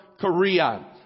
Korea